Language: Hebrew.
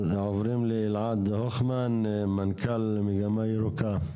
עוברים לאלעד הוכמן, מנכ"ל מגמה ירוקה.